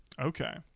okay